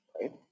right